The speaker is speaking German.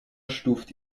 stuft